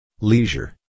leisure